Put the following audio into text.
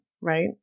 right